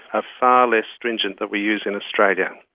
ah far less stringent than we use in australia.